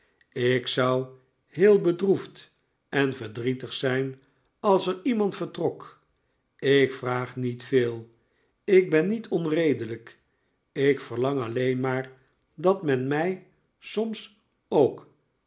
ik zou heel bedroefd en verdrietig zijn als er iemand vertrok ik vraag niet veel ik ben niet onredelijk ik verlang alleen maar dat men mij soms ook